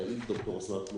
תעיד על כך ד"ר לוקסמבורג.